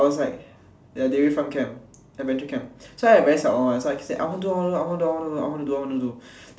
I was like ya dairy farm camp adventure camp so I very siao on [one] so I keep say I wanna do I wanna do I wanna do I wanna do I wanna do I wanna do